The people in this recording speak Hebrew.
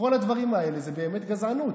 כל הדברים האלה זה באמת גזענות.